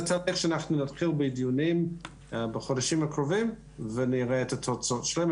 אנחנו נתחיל בדיונים בחודשים הקרובים ונראה את התוצאות שלהם,